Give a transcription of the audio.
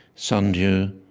sundew,